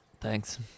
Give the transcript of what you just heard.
Thanks